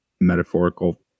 metaphorical